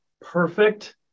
perfect